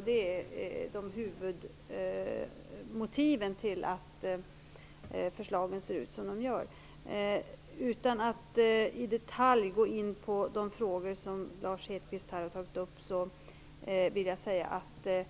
Det är huvudmotivet till att förslagen ser ut som de gör. Utan att i detalj gå in på de frågor som Lennart Hedquist har tagit upp vill jag säga att det